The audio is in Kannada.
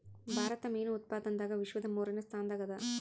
ಭಾರತ ಮೀನು ಉತ್ಪಾದನದಾಗ ವಿಶ್ವದ ಮೂರನೇ ಸ್ಥಾನದಾಗ ಅದ